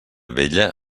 vella